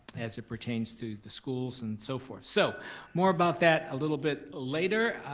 as it pertains to the schools and so forth. so more about that a little bit later.